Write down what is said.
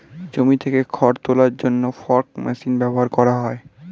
জমি থেকে খড় তোলার জন্য ফর্ক মেশিন ব্যবহার করা হয়